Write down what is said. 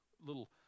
little